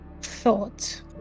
thought